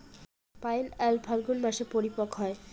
pineapple ফাল্গুন মাসে পরিপক্ব হয়